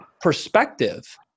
perspective